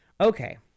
Okay